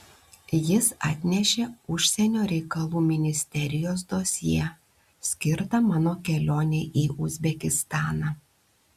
jis atnešė užsienio reikalų ministerijos dosjė skirtą mano kelionei į uzbekistaną